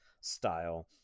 style